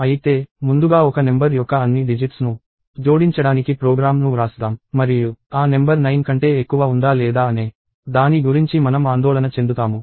అయితే ముందుగా ఒక నెంబర్ యొక్క అన్ని డిజిట్స్ ను జోడించడానికి ప్రోగ్రామ్ను వ్రాస్దాం మరియు ఆ నెంబర్ 9 కంటే ఎక్కువ ఉందా లేదా అనే దాని గురించి మనం ఆందోళన చెందుతాము